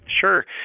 Sure